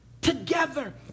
together